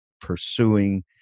pursuing